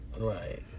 Right